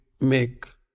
make